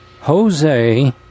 Jose